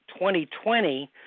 2020